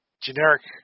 generic